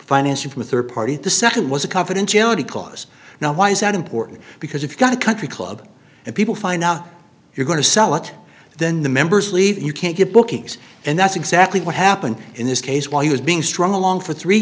financing from a rd party the nd was a confidentiality clause now why is that important because if you've got a country club and people find out you're going to sell it then the members leave you can't get bookings and that's exactly what happened in this case while he was being strung along for three